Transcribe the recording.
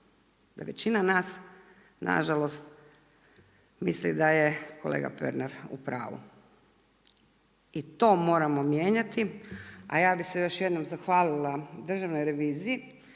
većina naš nažalost misli da je kolega Pernar upravu. I to moramo mijenjati. A ja bi se još jednom zahvalila Državnoj reviziji